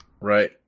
Right